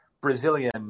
Brazilian